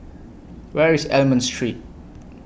Where IS Almond Street